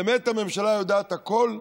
באמת הממשלה יודעת הכול?